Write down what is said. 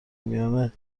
میان